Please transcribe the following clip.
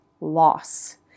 loss